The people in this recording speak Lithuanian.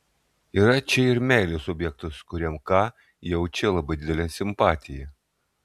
yra čia ir meilės objektas kuriam k jaučia labai didelę simpatiją